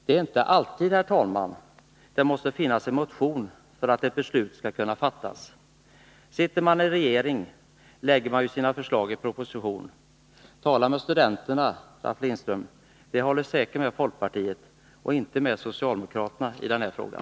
Det är inte alltid, herr talman, som det måste finnas en motion för att ett beslut skall kunna fattas. Regeringen lägger ju sina förslag i propositioner. Tala med studenterna, Ralf Lindström! De håller säkert med folkpartiet och inte med socialdemokraterna i den här frågan.